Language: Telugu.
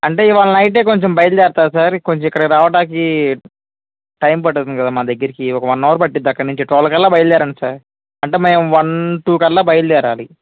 అంటే ఇవాళ నైటే కొంచెం బయల్దేరతారు సార్ కొంచెం ఇక్కడికి రావటాకి టైమ్ పట్టేతుంది కదా మా దగ్గరకి ఒక వన్ అవర్ పట్టుద్ది అక్కడ నుంచి టువల్వ్ కల్లా బయల్దేరండి సార్ అంటే మేము వన్ టూ కల్లా బయల్దేరాలి